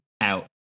out